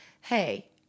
hey